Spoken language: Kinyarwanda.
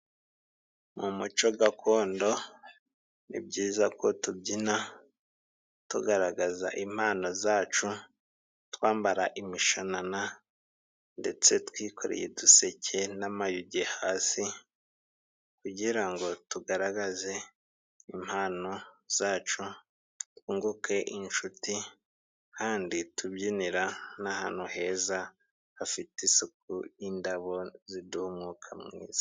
Mu muco gakondo ni byiza ko tubyina tugaragaza impano zacu ,twambara imishanana, ndetse twikoreye uduseke n'amayugi hasi kugira ngo tugaragaze impano zacu ,twunguke inshuti kandi tubyinira n'ahantu heza hafite isuku, indabo ziduha umwuka mwiza.